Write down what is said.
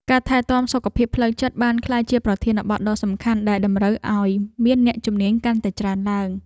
ការថែទាំសុខភាពផ្លូវចិត្តបានក្លាយជាប្រធានបទដ៏សំខាន់ដែលតម្រូវឱ្យមានអ្នកជំនាញកាន់តែច្រើនឡើង។